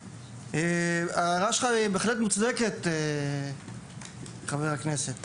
ההערה שלך היא בהחלט מוצדקת, חבר הכנסת.